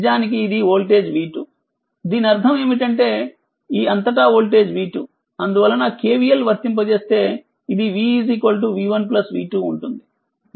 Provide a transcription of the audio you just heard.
నిజానికి ఇది ఓల్టేజిv2 దీనర్థం ఏమిటంటేఈ అంతటా ఓల్టేజి v2 అందువలనKVLవర్తింపజేస్తే ఇదిv v1v2 ఉంటుంది